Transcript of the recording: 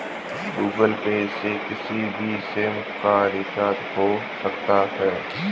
Google Pay से किसी भी सिम का रिचार्ज हो सकता है